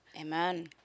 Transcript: Amen